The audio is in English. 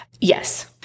Yes